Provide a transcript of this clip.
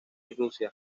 rusia